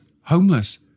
homeless